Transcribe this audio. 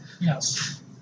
Yes